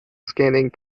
scanning